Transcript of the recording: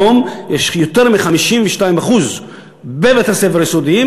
היום יש יותר מ-52% בבתי-הספר היסודיים,